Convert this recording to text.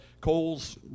coal's